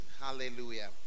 hallelujah